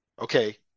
Okay